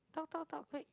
talk talk talk quick